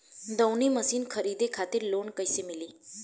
दऊनी मशीन खरीदे खातिर लोन कइसे मिली?